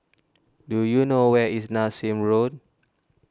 do you know where is Nassim Road